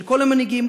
של כל המנהיגים,